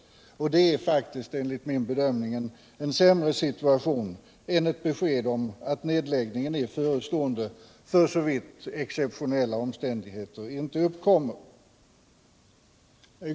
Det är faktiskt enligt min bedömning en sämre situation än ett besked om att nedläggning är förestående — för så vitt exceptionella omständigheter inte uppkommer.